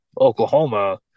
Oklahoma